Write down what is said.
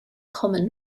common